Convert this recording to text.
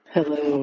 Hello